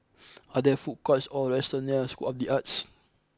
are there food courts or restaurants near School of The Arts